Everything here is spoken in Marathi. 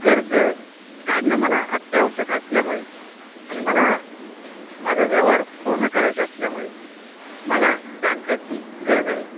कर्ज काढणं मला अत्यावश्यक असल्यामुळे आणि मला माझा व्यवहार पूर्ण करायचा असल्यामुळे मला पॅन कार्डची गरज आहे